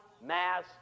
mass